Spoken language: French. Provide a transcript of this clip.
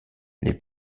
les